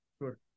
Sure